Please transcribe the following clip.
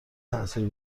تاثیر